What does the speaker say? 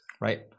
Right